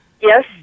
yes